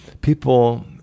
people